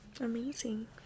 Amazing